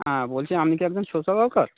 হ্যাঁ বলছি আমনি কি একজন সোশ্যাল ওয়ার্কার